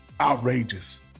outrageous